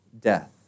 death